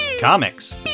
comics